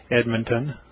Edmonton